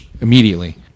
immediately